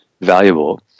valuable